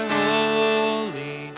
holy